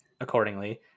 accordingly